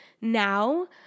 now